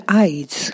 eyes